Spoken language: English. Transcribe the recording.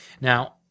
Now